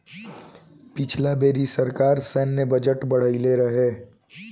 पिछला बेरी सरकार सैन्य बजट बढ़इले रहे